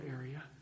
area